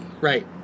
Right